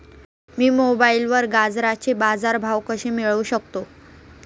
मी मोबाईलवर गाजराचे बाजार भाव कसे मिळवू शकतो?